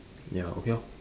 ya okay lor